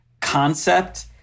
concept